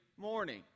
morning